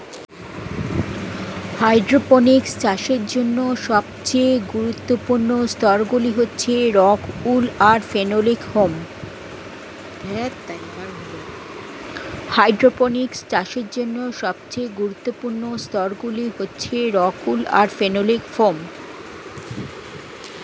hydroponics চাষের জন্য সবচেয়ে গুরুত্বপূর্ণ স্তরগুলি হচ্ছে রক্ উল আর ফেনোলিক ফোম